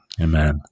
Amen